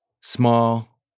small